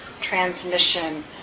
transmission